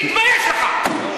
תתבייש לך.